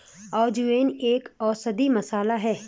अजवाइन एक औषधीय मसाला है